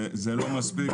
זה לא מספיק.